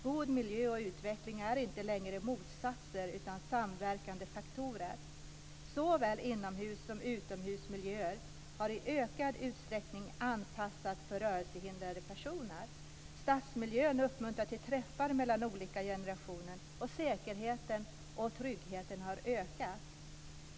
God miljö och utveckling är inte längre motsatser utan samverkande faktorer. - Såväl inomhus som utomhusmiljöer har i ökad utsträckning anpassats för rörelsehindrade personer. Stadsmiljön uppmuntrar till träffar mellan olika generationer. Säkerheten och tryggheten har ökat.